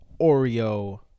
Oreo